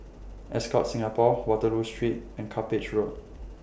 Ascott Singapore Waterloo Street and Cuppage Road